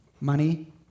money